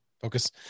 focus